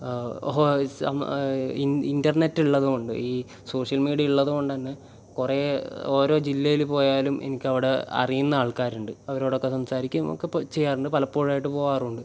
in internet ഉള്ളത് കൊണ്ട് ഈ സോഷ്യൽ മീഡിയ ഉള്ളത് കൊണ്ടുതന്നെ കുറേ ഓരോ ജില്ലയിൽ പോയാലും എനിക്കവിടെ അറിയുന്ന ആൾക്കാരുണ്ട് അവരോടൊക്കെ സംസാരിക്കുകയും ഒക്കെ ചെയ്യാറുണ്ട് പലപ്പോഴായിട്ട് പോകാറും ഉണ്ട്